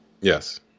Yes